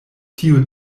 tio